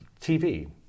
TV